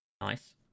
Nice